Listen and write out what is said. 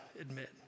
admit